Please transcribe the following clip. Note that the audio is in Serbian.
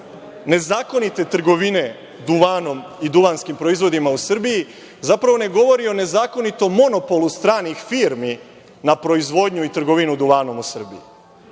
nezakonite trgovine duvanom i duvanskim proizvodima u Srbiji zapravo ne govori o nezakonitom monopolu stranih firmi na proizvodnju i trgovinu duvanom u Srbiji.